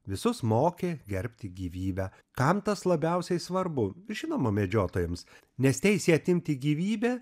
visus mokė gerbti gyvybę kam tas labiausiai svarbu žinoma medžiotojams nes teisė atimti gyvybę